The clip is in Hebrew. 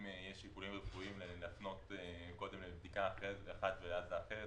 אם יש שיקולים רפואיים להפנות קודם לבדיקה אחת ואז לאחרת,